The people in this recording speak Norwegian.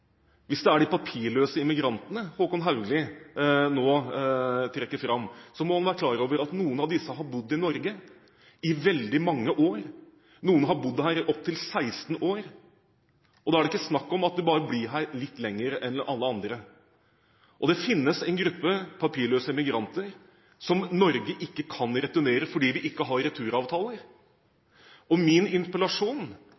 Hvis det er de papirløse immigrantene Håkon Haugli nå trekker fram, må han være klar over at noen av disse har bodd i Norge i veldig mange år, noen har bodd her i opptil 16 år. Da er det ikke snakk om bare å bli her litt lenger enn andre. Det finnes en gruppe papirløse immigranter som Norge ikke kan returnere, fordi Norge ikke har